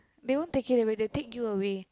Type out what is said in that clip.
they won't take him away they will take you away